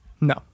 No